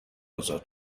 ازاد